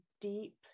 deep